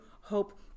hope